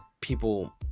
People